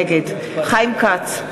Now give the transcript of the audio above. נגד חיים כץ,